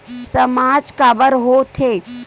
सामाज काबर हो थे?